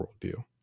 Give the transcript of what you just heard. worldview